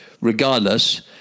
regardless